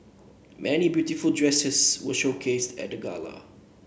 many beautiful dresses were showcased at the gala